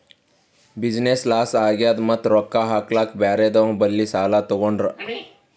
business loss ಆಗ್ಯಾದ್ ಮತ್ತ ರೊಕ್ಕಾ ಹಾಕ್ಲಾಕ್ ಬ್ಯಾರೆದವ್ ಬಲ್ಲಿ ಸಾಲಾ ತೊಗೊಂಡ್ರ